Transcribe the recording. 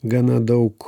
gana daug